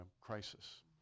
crisis